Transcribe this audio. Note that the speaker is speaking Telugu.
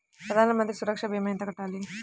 ప్రధాన మంత్రి సురక్ష భీమా ఎంత కట్టాలి?